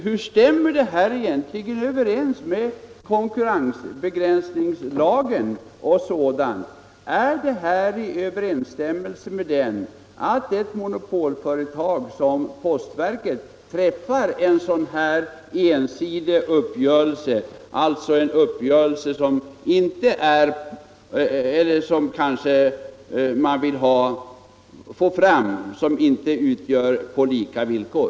Hur stämmer det system som nu skulle tillämpas egentligen överens med konkurrensbegränsningslagen? Står det i överenssstämmelse med denna lag att ett monopolföretag som postverket träffar en sådan här ensidig uppgörelse, som medför att de olika bankerna inte kan konkurrera på lika villkor?